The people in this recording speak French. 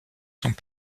sont